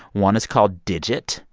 one is called digit,